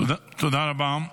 תודה רבה.